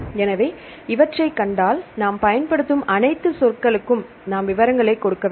எனவே இவற்றைக் கண்டால் நாம் பயன்படுத்தும் அனைத்து சொற்களுக்கும் நாம் விவரங்களை கொடுக்க வேண்டும்